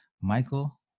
Michael